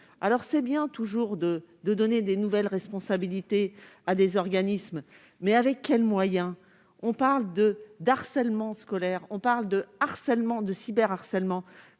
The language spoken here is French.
alors c'est bien toujours de de donner des nouvelles responsabilités à des organismes mais avec quels moyens on parle de d'harcèlement scolaire on parle de harcèlement